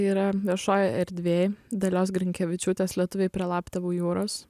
yra viešojoj erdvėj dalios grinkevičiūtės lietuviai prie laptevų jūros